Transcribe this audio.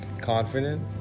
confident